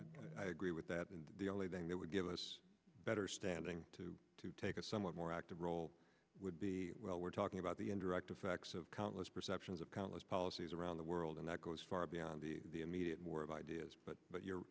and i agree with that and the only thing that would give us better standing to to take a somewhat more active role would be well we're talking about the indirect effects of countless perceptions of countless policies around the world and that goes far beyond the immediate more of ideas but but